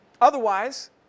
Otherwise